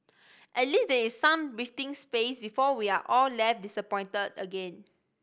at least there is some breathing space before we are all left disappointed again